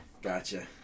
Gotcha